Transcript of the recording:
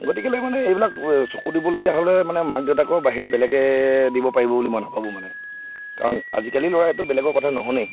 গতিকেলৈ মানে এইবিলাক চকু দিবলগীয়া হ'লে মানে মাক দেউতাকৰ বাহিৰে বেলেগে দিব পাৰিব বুলি মই নাভাবো মানে কাৰণ আজিকালি ল'ৰাইটো বেলেগৰ কথা নুশুনেই